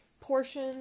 Portion